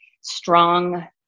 strong